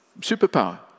superpower